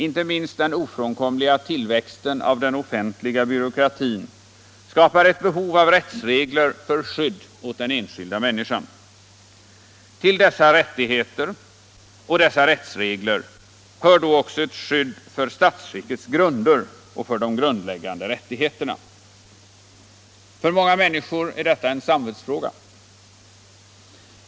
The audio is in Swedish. Inte minst den ofrånkomliga tillväxten av den offentliga byråkratin skapar ett behov av rättsregler för skydd åt den enskilda människan. Till dessa rättigheter och dessa rättsregler hör också ett skydd för statsskickets grunder och för de grundläggande rättigheterna. För många människor är detta en samvetsfråga.